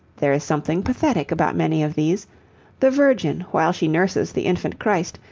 there is something pathetic about many of these the virgin, while she nurses the infant christ,